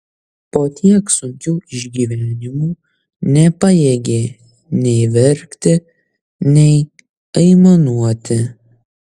po tiek sunkių išgyvenimų nepajėgė nei verkti nei aimanuoti